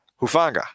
Hufanga